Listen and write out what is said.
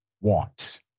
wants